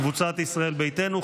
קבוצת סיעת ישראל ביתנו,